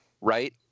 right